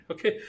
Okay